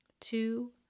two